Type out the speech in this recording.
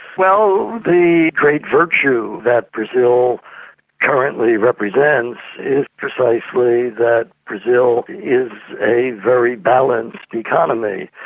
well, the great virtue that brazil currently represents is precisely that brazil is a very balanced economy.